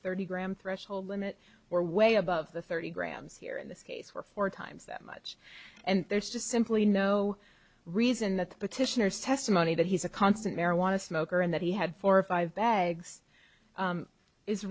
thirty gram threshold limit or way above the thirty grams here in this case were four times that much and there's just simply no reason that the petitioner's testimony that he's a constant marijuana smoker and that he had four or five bags